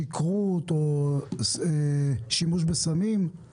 שכרות או שימוש בסמים?